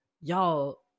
y'all